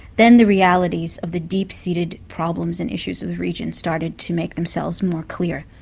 then the realities of the deep-seated problems and issues of the region started to make themselves more clear.